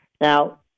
Now